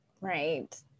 Right